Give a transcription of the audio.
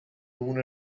moon